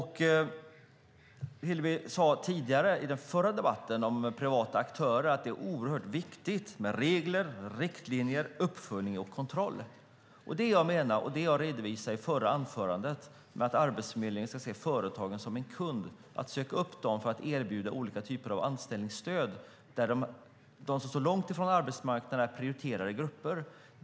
Hillevi Engström sade i den förra debatten om privata aktörer att det är oerhört viktigt med regler, riktlinjer, uppföljning och kontroller. Jag redovisade i mitt förra anförande att Arbetsförmedlingen ska se företagen som kunder och söka upp dem för att erbjuda olika typer av anställningsstöd. De som står långt från arbetsmarknaden är prioriterade grupper.